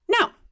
Now